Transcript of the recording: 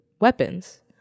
weapons